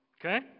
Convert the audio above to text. Okay